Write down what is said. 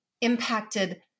impacted